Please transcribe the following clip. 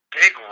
big